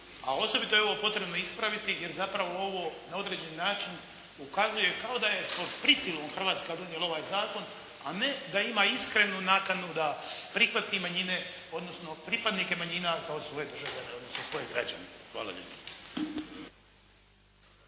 A osobito je ovo potrebno ispraviti jer zapravo ovo na određeni način ukazuje kao da je pod prisilom Hrvatska donijela ovaj zakon, a ne da ima iskrenu nakanu da prihvati manjine odnosno pripadnike manjine kao svoje državljane, kao svoje građane. Hvala lijepo.